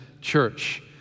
church